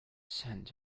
send